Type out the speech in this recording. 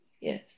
Yes